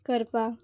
करपाक